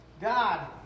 God